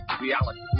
reality